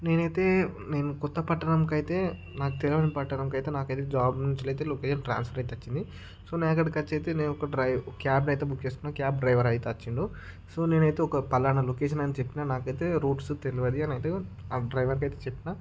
నేనైతే నేను కొత్త పట్టణంకైతే నాకు తెలవని పట్టణంకైతే నాకైతే జాబ్ నుంచి అయితే లొకేషన్ ట్రాన్స్ఫర్ అయితే వచ్చింది సో నేను అక్కడికి వచ్చేసి నేను ఒక డ్రైవర్ క్యాబ్ని అయితే బుక్ చేసుకున్నాను క్యాబ్ డ్రైవర్ అయితే వచ్చిండు సో నేనైతే ఒక పాలన లొకేషన్ అని చెప్పినా నాకైతే రూట్స్ తెలవదు అయితే డ్రైవర్కి అయితే చెప్పిన